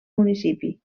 municipi